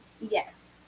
Yes